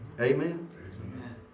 Amen